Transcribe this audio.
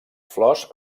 flors